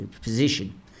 position